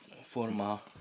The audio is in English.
forma